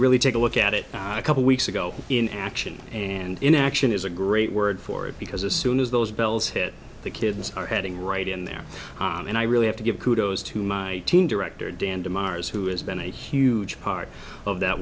really take a look at it a couple weeks ago in action and in action is a great word for it because a soon as those bells hit the kids are heading right in there and i really have to give kudos to my team director dan de mars who has been a huge part of that